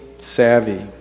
savvy